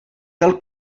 pel